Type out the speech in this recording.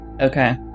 Okay